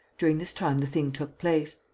during this time the thing took place.